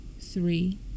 three